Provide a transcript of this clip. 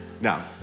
Now